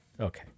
okay